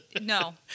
No